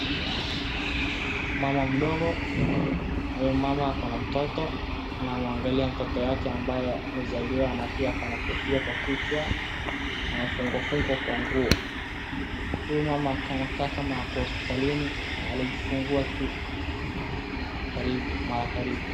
Mama mdogo, huyu mama ako na matoto anamwangalia mtoto yake ambaye amezaliwa na pia ako na kofia kwa kichwa. Amefungwafungwa kwa nguo. Huyu mama kanakaa kama ako hospitalini na alijifungua tu mara karibu.